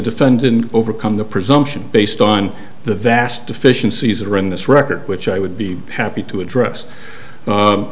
defendant overcome the presumption based on the vast deficiencies are in this record which i would be happy to address